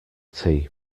tea